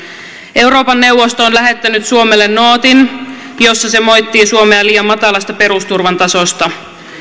euroopan neuvosto on lähettänyt suomelle nootin jossa se moittii suomea liian matalasta perusturvan tasosta